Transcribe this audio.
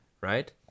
right